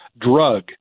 drug